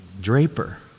Draper